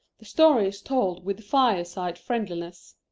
the story is told with fireside friendliness.